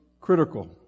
critical